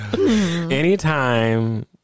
Anytime